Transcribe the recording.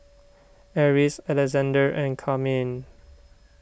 Eris Alexande and Carmine